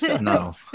No